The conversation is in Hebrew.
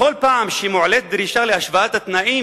בכל פעם שמועלית דרישה להשוואת התנאים